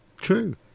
true